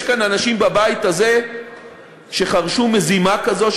יש כאן אנשים בבית הזה שחרשו מזימה כזו,